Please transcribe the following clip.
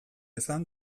izan